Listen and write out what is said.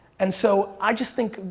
and so i just think,